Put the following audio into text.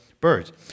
birds